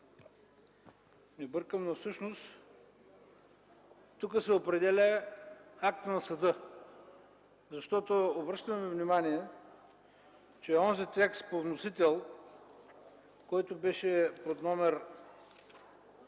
не бъркам, но всъщност тук се определя актът на съда. Обръщам Ви внимание, че онзи текст по вносител, който беше под номер